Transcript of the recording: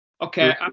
Okay